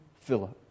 Philip